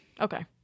okay